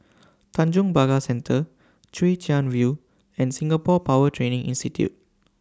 Tanjong Pagar Center Chwee Chian View and Singapore Power Training Institute